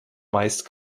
meist